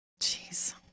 Jeez